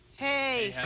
hey.